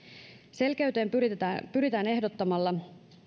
selkeyteen pyritään ehdottamalla